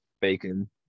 bacon